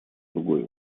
другой